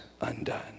undone